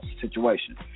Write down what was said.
situation